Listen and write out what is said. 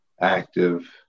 active